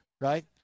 right